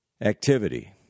activity